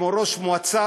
כמו ראש מועצה,